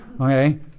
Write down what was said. okay